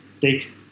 take